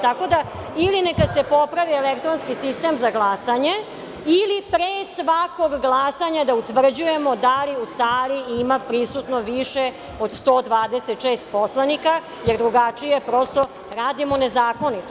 Tako da, ili neka se popravi elektronski sistem za glasanje ili pre svakog glasanja da utvrđujemo da li u sali ima prisutno više od 126 poslanika, jer drugačije prosto radimo nezakonito.